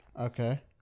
Okay